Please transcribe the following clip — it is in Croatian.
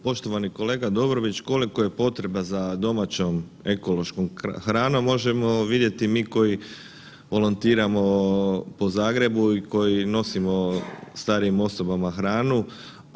Poštovani kolega Dobrović, koliko je potreba za domaćom ekološkom hranom možemo vidjeti mi koji volontiramo po Zagrebu i koji nosimo starijim osobama hranu.